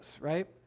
right